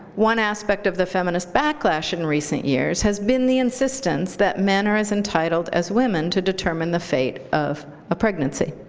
one aspect of the feminist backlash in recent years has been the insistence that men are as entitled as women to determine the fate of a pregnancy